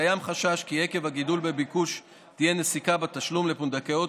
קיים חשש כי עקב הגידול בביקוש תהיה נסיקה בתשלום לפונדקאיות,